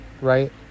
right